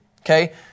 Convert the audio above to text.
okay